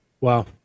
wow